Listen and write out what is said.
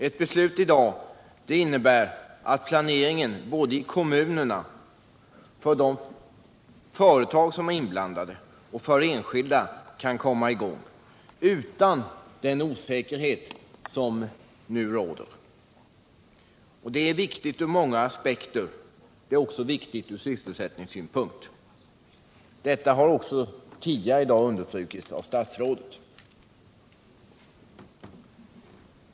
Ett beslut i dag innebär att planeringen i kommunerna och i de företag som är inblandade liksom även för de enskilda berörda kan komma i gång utan att de behöver känna en sådan osäkerhet som de nu måste känna. Det är viktigt ur många aspekter, bl.a. från sysselsättningssynpunkt, och det har också tidigare i dag understrukits av bostadsministern.